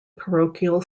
parochial